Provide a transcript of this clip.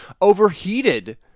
overheated